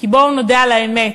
כי בואו נודה על האמת: